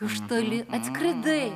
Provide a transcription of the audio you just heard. iš toli atskridai